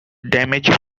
damage